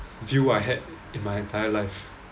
view I had in my entire life